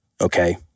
okay